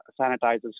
sanitizers